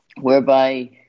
Whereby